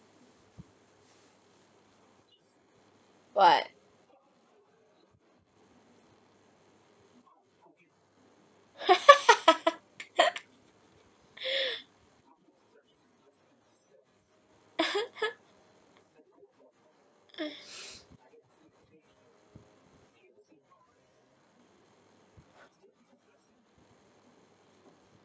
what